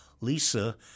Lisa